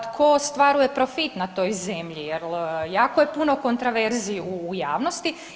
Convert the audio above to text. Tko ostvaruje profit na toj zemlji jel jako je puno kontraverzije u javnosti?